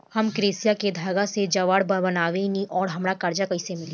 हम क्रोशिया के धागा से जेवर बनावेनी और हमरा कर्जा कइसे मिली?